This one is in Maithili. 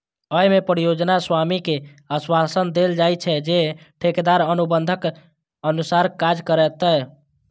अय मे परियोजना स्वामी कें आश्वासन देल जाइ छै, जे ठेकेदार अनुबंधक अनुसार काज करतै